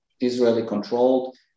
Israeli-controlled